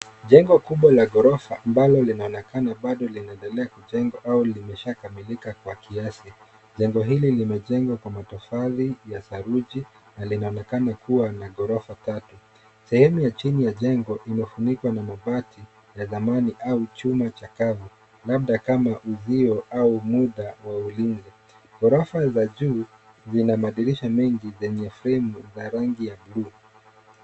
Jengo kubwa la ghorofa mbalo linaonekana bado lina endelea kujengwa au limesha kamilika kwa kiasi. Jengo hili limejengwa kwa matofali ya saruji na linaonekana kuwa na ghorofa tatu. Sehemu ya chini ya jengo imefunikwa na mabati ya zamani au chuma chakavu, labda kama uzio au muda wa ulinzi. Ghorofa za juu zina madirisha mengi zenye frame za rangi ya bluu.